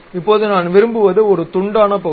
இப்போது நான் விரும்புவது ஒரு துண்டான பகுதி